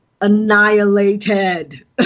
annihilated